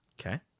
Okay